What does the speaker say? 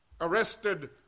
arrested